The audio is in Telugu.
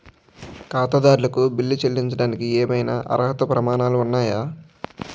ఖాతాదారులకు బిల్లులు చెల్లించడానికి ఏవైనా అర్హత ప్రమాణాలు ఉన్నాయా?